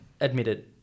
admitted